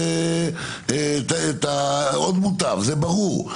זה ברור.